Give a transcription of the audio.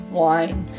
wine